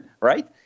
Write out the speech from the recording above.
right